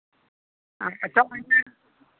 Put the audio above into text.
ᱟᱪᱪᱷᱟ ᱚᱱᱟ